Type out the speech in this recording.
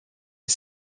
est